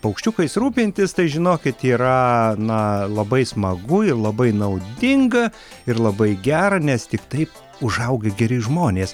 paukščiukais rūpintis tai žinokit yra na labai smagu ir labai naudinga ir labai gera nes tik taip užauga geri žmonės